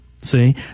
See